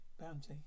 Bounty